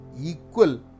equal